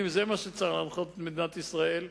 אם זה מה שצריך להנחות את מדינת ישראל,